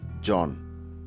John